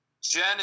Jen